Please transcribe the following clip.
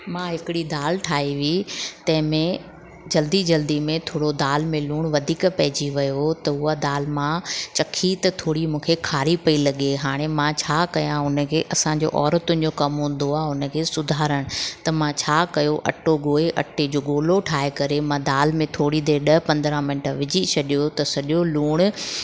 मां हिकिड़ी दालि ठाही हुई तंहिं में जल्दी जल्दी में थोरो दालि में लूणु वधीक पइजी वियो त उहा दालि मां चखी त थोरी मूंखे खारी पेई लॻे हाणे मां छा कया उनखे असांजो औरतुनि जो कमु हूंदो आहे हुनखे सुधारण त मां छा कयो अटो ॻोए अटे जो गोलो ठाहे करे मां दालि में थोरी देरि ॾह पंद्रहां मिंट विझी छॾियो त सॼो लूणु